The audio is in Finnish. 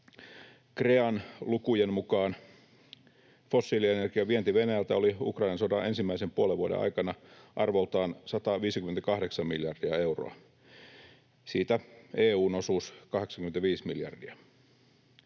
CREAn lukujen mukaan fossiilienergian vienti Venäjältä oli Ukrainan sodan ensimmäisen puolen vuoden aikana arvoltaan 158 miljardia euroa, siitä EU:n osuus 85 miljardia.